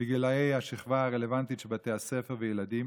בגילי השכבה הרלוונטית של בתי הספר וילדים,